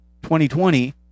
2020